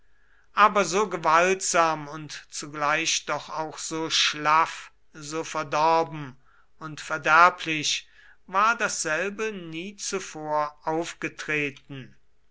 aber so gewaltsam und zugleich doch auch so schlaff so verdorben und verderblich war dasselbe nie zuvor aufgetreten